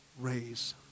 raise